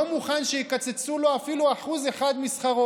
למעשה לא מוכן שיקצצו לו אפילו 1% משכרו.